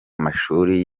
mashuli